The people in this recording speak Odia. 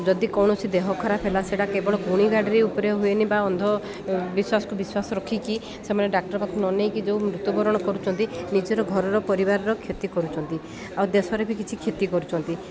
ଯଦି କୌଣସି ଦେହ ଖରାପ ହେଲା ସେଇଟା କେବଳ ଗୁଣି ଗାରିଡ଼ିରେ ଉପରେ ହୁଏନି ବା ଅନ୍ଧବଶ୍ୱାସକୁ ବିଶ୍ୱାସ ରଖିକି ସେମାନେ ଡାକ୍ତର ପାଖକୁ ନ ନେଇକି ଯେଉଁ ମୃତ୍ୟୁବରଣ କରୁଚନ୍ତି ନିଜର ଘରର ପରିବାରର କ୍ଷତି କରୁଛନ୍ତି ଆଉ ଦେଶରେ ବି କିଛି କ୍ଷତି କରୁଛନ୍ତି